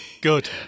good